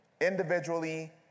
individually